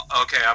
Okay